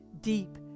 Deep